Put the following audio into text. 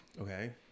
Okay